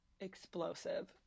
explosive